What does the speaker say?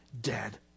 dead